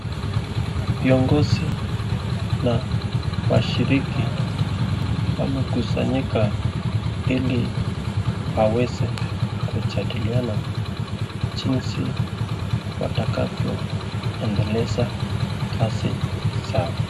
Viongozi na washiriki wamekusanyika hili waweze kujadiliana jinzi watakavyo endelesa kazi zao.